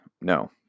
No